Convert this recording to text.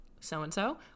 so-and-so